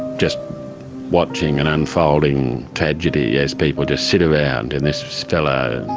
just watching an unfolding tragedy as people just sit around and this fellow